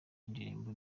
y’indirimbo